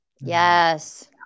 Yes